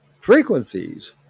frequencies